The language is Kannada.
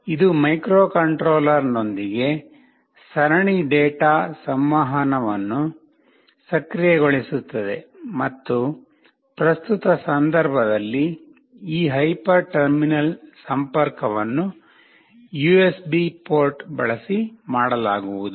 ಇದು ಮೈಕ್ರೊಕಂಟ್ರೋಲರ್ನೊಂದಿಗೆ ಸರಣಿ ಡೇಟಾ ಸಂವಹನವನ್ನು ಸಕ್ರಿಯಗೊಳಿಸುತ್ತದೆ ಮತ್ತು ಪ್ರಸ್ತುತ ಸಂದರ್ಭದಲ್ಲಿ ಈ ಹೈಪರ್ ಟರ್ಮಿನಲ್ ಸಂಪರ್ಕವನ್ನು ಈ ಯುಎಸ್ಬಿ ಪೋರ್ಟ್ ಬಳಸಿ ಮಾಡಲಾಗುವುದು